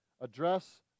address